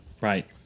right